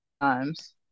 times